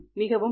மிகவும் நன்றி